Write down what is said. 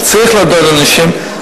וצריך לעודד אנשים,